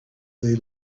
they